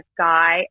guy